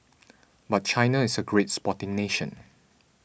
but China is a great sporting nation